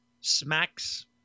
smacks